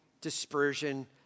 dispersion